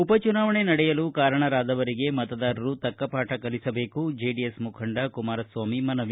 ಉಪಚುನಾವಣೆ ನಡೆಯಲು ಕಾರಣರಾದವರಿಗೆ ಮತದಾರರು ತಕ್ಕ ಪಾಠ ಕಲಿಸಬೇಕು ಜೆಡಿಎಸ್ ಮುಖಂಡ ಕುಮಾರಸ್ನಾಮಿ ಮನವಿ